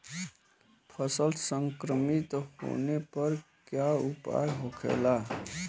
फसल संक्रमित होने पर क्या उपाय होखेला?